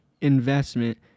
investment